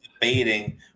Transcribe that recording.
Debating